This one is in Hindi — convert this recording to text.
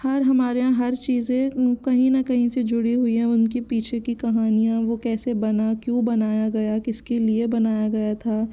हर हमारे यहाँ हर चीज़े कहीं ना कहीं से जुड़ी हुई हैं उनके पीछे की कहानियाँ वो कैसे बना क्यों बनाया गया किसके लिए बनाया गया था